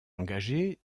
engagé